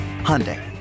hyundai